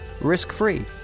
risk-free